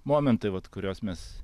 momentai vat kuriuos mes